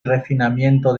refinamiento